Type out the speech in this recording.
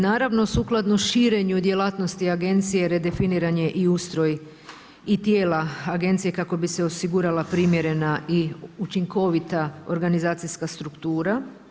Naravno sukladno širenju djelatnosti agencije redefiniran je i ustroj i tijela agencije kako bi se osigurala primjerena i učinkovita organizacijska struktura.